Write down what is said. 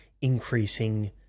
increasing